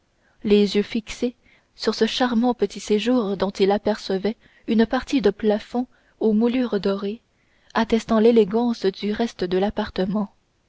les yeux fixés sur ce charmant petit séjour dont d'artagnan apercevait une partie de plafond aux moulures dorées attestant l'élégance du reste de l'appartement